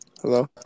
Hello